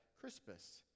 Crispus